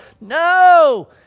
No